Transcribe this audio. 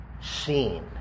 seen